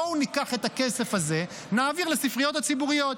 בואו ניקח את הכסף הזה ונעביר לספריות הציבוריות.